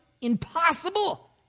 impossible